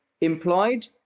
implied